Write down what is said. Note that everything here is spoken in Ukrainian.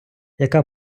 яка